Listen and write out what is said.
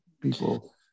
people